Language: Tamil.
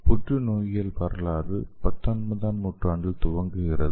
புற்றுநோயியல் வரலாறு பத்தொன்பதாம் நூற்றாண்டில் துவங்குகிறது